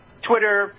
Twitter